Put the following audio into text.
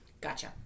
Gotcha